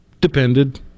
Depended